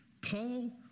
Paul